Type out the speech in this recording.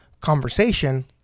conversation